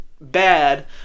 bad